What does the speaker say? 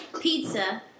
pizza